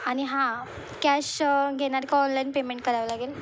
आणि हां कॅश घेणार का ऑनलाईन पेमेंट करावं लागेल